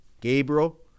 Gabriel